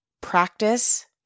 practice